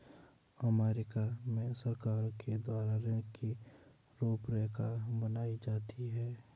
अमरीका में सरकारों के द्वारा ऋण की रूपरेखा बनाई जाती है